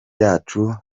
yacu